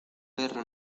perro